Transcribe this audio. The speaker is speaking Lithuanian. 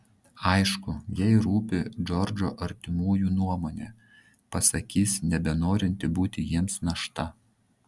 aišku jai rūpi džordžo artimųjų nuomonė pasakys nebenorinti būti jiems našta